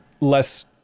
less